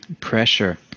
pressure